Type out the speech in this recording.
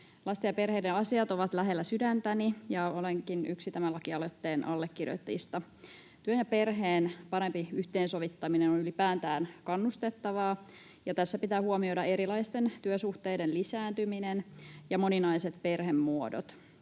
Lasten ja perheiden asiat ovat lähellä sydäntäni, ja olenkin yksi tämän lakialoitteen allekirjoittajista. Työn ja perheen parempi yhteensovittaminen on ylipäätään kannustettavaa, ja tässä pitää huomioida erilaisten työsuhteiden lisääntyminen ja moninaiset perhemuodot.